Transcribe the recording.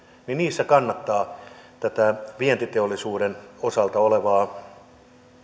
kannattaa tätä vientiteollisuuden osalta olevaa